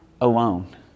alone